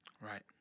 right